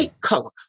color